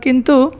किन्तु